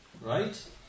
Right